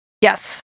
Yes